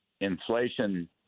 inflation